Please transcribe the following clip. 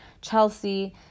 Chelsea